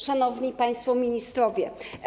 Szanowni Państwo Ministrowie!